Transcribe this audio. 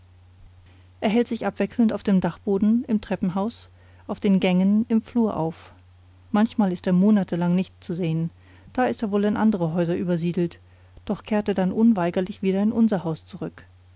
er hält sich abwechselnd auf dem dachboden im treppenhaus auf den gängen im flur auf manchmal ist er monatelang nicht zu sehen da ist er wohl in andere häuser übersiedelt doch kehrt er dann unweigerlich wieder in unser haus zurück